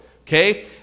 Okay